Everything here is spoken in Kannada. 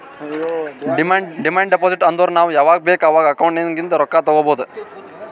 ಡಿಮಾಂಡ್ ಡೆಪೋಸಿಟ್ ಅಂದುರ್ ನಾವ್ ಯಾವಾಗ್ ಬೇಕ್ ಅವಾಗ್ ಅಕೌಂಟ್ ನಾಗಿಂದ್ ರೊಕ್ಕಾ ತಗೊಬೋದ್